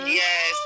yes